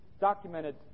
documented